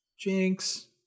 Jinx